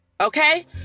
Okay